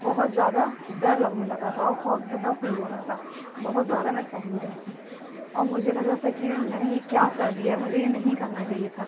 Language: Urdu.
بہت زیادہ ڈر لگنے لگا تھا اور خوفزدہ فیل ہو رہا تھا بہت زیادہ میں سہم گئی تھی اور مجھے لگ رہا تھا کہ میں نے یہ کیا کر دیا ہے مجھے یہ نہیں کرنا چاہیے تھا